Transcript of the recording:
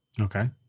Okay